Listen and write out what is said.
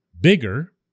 bigger